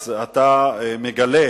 אז אתה מגלה,